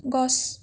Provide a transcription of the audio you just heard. গছ